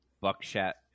buckshot